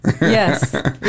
Yes